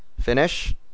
Finish